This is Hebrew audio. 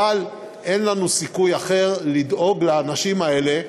אבל אין לנו סיכוי אחר לדאוג לאנשים האלה,